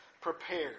prepared